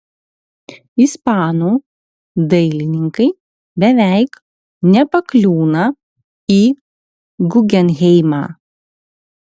ispanų dailininkai beveik nepakliūna į gugenheimą